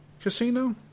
Casino